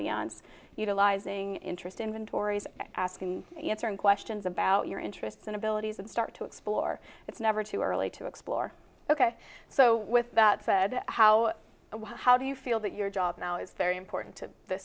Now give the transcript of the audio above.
beyond utilizing interest inventories asking you answering questions about your interests and abilities and start to explore it's never too early to explore ok so with that said how how do you feel that your job now is very important to the